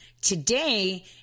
today